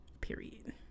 Period